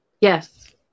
Yes